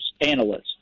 analysts